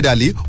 Ali